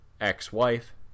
ex-wife